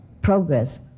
progress